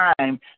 time